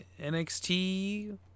NXT